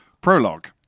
Prologue